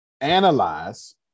Analyze